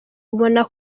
ubona